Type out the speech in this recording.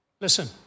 Listen